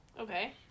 Okay